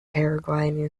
paragliding